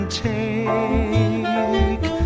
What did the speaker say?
take